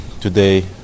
today